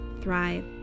thrive